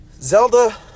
Zelda